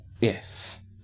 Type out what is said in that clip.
Yes